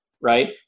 right